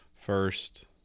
first